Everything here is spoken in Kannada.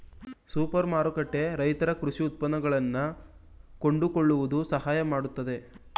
ಸೂಪರ್ ಮಾರುಕಟ್ಟೆ ರೈತರ ಕೃಷಿ ಉತ್ಪನ್ನಗಳನ್ನಾ ಕೊಂಡುಕೊಳ್ಳುವುದು ಸಹಾಯ ಮಾಡುತ್ತಿದೆ